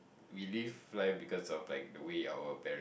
we live life because of like the way our parent